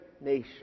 nation